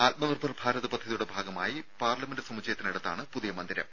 ആത്മ നിർഭർ ഭാരത് പദ്ധതിയുടെ ഭാഗമായി പാർലമെന്റ് സമുച്ചയത്തിന് അടുത്താണ് പുതിയ മന്ദിരം